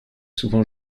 souvent